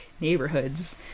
neighborhoods